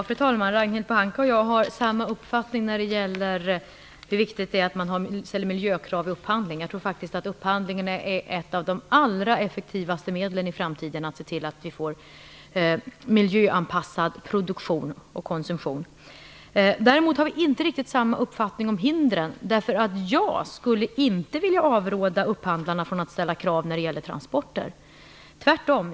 Fur talman! Ragnhild Pohanka och jag har samma uppfattning när det gäller hur viktigt det är att man ställer miljökrav vid upphandling. Jag tror faktiskt att upphandling är ett av de allra effektivaste medlen för att i framtiden se till att vi får miljöanpassad produktion och konsumtion. Däremot har vi inte riktigt samma uppfattning om hindren. Jag skulle inte vilja avråda upphandlarna från att ställa krav när det gäller transporter - tvärtom.